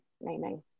naming